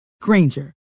Granger